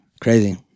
Crazy